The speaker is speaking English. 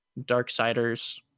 Darksiders